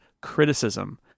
criticism